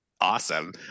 Awesome